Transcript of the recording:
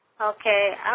Okay